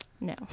No